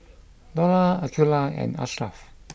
Dollah Aqeelah and Ashraff